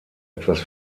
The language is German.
etwas